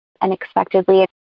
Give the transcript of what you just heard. unexpectedly